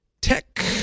tech